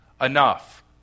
enough